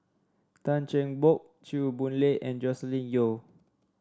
Tan Cheng Bock Chew Boon Lay and Joscelin Yeo